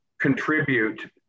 contribute